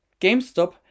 GameStop